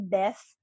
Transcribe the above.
death